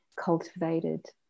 cultivated